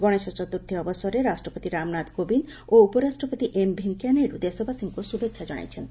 ଗଣେଶ ଚତୁର୍ଥୀ ଅବସରରେ ରାଷ୍ଟ୍ରପତି ରାମନାଥ କୋବିନ୍ଦ ଓ ଉପରାଷ୍ଟ୍ରପତି ଏମ ଭେଙ୍କିୟାନାଇଡ଼ୁ ଦେଶବାସୀଙ୍କୁ ଶୁଭେଚ୍ଛା ଜଣାଇଛନ୍ତି